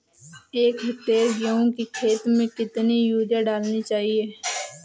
एक हेक्टेयर गेहूँ की खेत में कितनी यूरिया डालनी चाहिए?